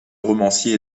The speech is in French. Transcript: romancier